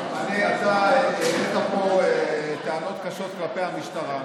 אתה העלית פה טענות קשות כלפי המשטרה.